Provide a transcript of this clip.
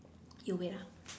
you wait ah